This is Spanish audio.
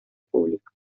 público